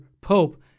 Pope